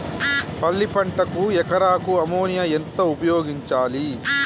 పల్లి పంటకు ఎకరాకు అమోనియా ఎంత ఉపయోగించాలి?